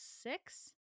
six